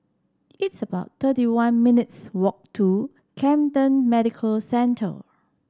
it's about thirty one minutes' walk to Camden Medical Centre